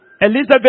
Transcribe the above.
Elizabeth